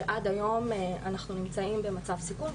שעד היום אנחנו נמצאים במצב סיכון,